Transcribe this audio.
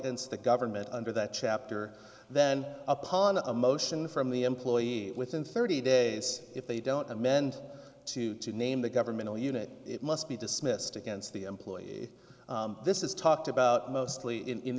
and the government under that chapter then upon a motion from the employee within thirty days if they don't amend to to name the governmental unit it must be dismissed against the employee this is talked about mostly in